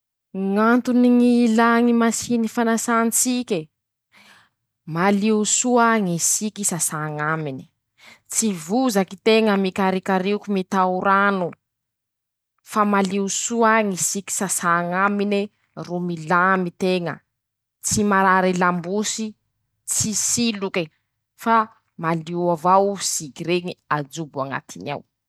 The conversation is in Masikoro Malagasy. Ñ'antony ñ'ilà ñy masiny fanasàn-tsike: -Malio soa ñy sike sasà ñamine, tsy vozaky teña mikarikarioke mitao rano, fa malio soa ñy siky sasa ñamine ro milamy teña, tsy marary lambosy, tsy siloke fa malio avao siky reñy ajobo añatin'ao.